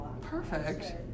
perfect